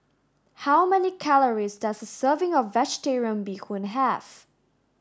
how many calories does a serving of vegetarian Bee Hoon have